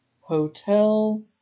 Hotel